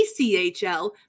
ECHL